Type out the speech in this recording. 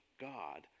God